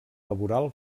laboral